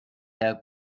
herr